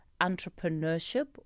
entrepreneurship